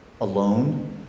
alone